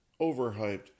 overhyped